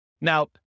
Now